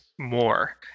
more